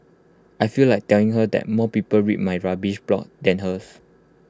I feel like telling her that more people read my rubbish blog than hers